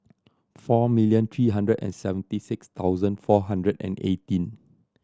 four million three hundred and seventy six thousand four hundred and eighteen